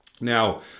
Now